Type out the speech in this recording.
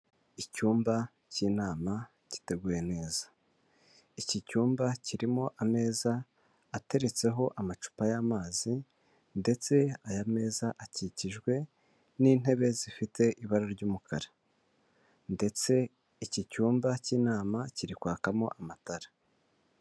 Icyumba k'inama giteguye neza. Iki cyumba kirimo ameza ateretseho amacupa y'amazi ndetse aya meza akikijwe n'intebe zifite ibara ry'umukara ndetse iki cyumba cy'inama kiri kwakamo amatara.